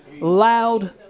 Loud